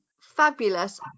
Fabulous